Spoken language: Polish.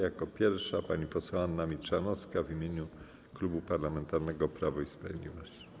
Jako pierwsza pani poseł Anna Milczanowska w imieniu Klubu Parlamentarnego Prawo i Sprawiedliwość.